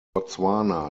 botswana